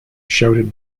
shouted